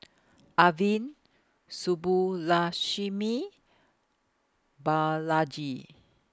Arvind Subbulakshmi Balaji